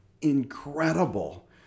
incredible